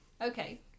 Okay